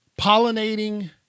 pollinating